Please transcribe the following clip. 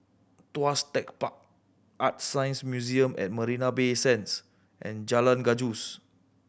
Tuas Tech Park ArtScience Museum at Marina Bay Sands and Jalan Gajus